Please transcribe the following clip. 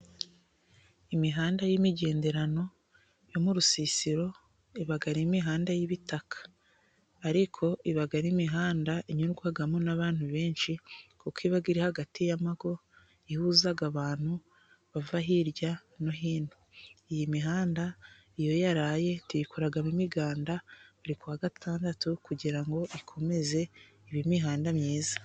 Imihanda y'imigenderano , yo mu rusisiro iba ari imihanda y'ibitaka . Ariko iba ari imihanda inyurwamo n'abantu benshi, kuko iba iri hagati y'ingo, ihuza abantu bava hirya no hino. Iyi mihanda iyo yaraye tuyikoramo imiganda buri kuwa gatandatu kugira ngo ikomeze kuba imihanda myiza .